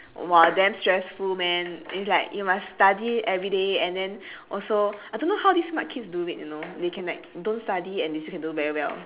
!wah! damn stressful man it's like you must study everyday and then also I don't know how this smart kids do it you know they can like don't study and they can still do very well